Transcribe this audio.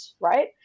right